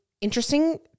interesting